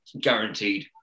guaranteed